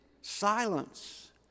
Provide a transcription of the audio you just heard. Silence